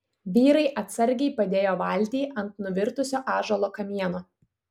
vyrai atsargiai padėjo valtį ant nuvirtusio ąžuolo kamieno